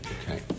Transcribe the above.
Okay